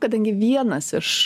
kadangi vienas iš